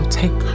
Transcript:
take